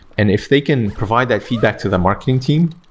and if they can provide that feedback to the marketing team,